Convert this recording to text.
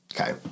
Okay